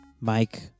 Mike